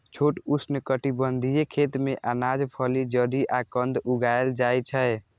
छोट उष्णकटिबंधीय खेत मे अनाज, फली, जड़ि आ कंद उगाएल जाइ छै